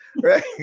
Right